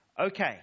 Okay